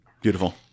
Beautiful